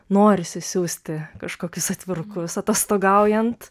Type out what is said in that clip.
norisi siųsti kažkokius atvirukus atostogaujant